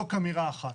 זאת אמירה אחת.